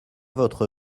votre